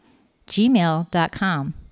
gmail.com